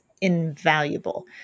invaluable